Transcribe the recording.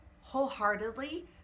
wholeheartedly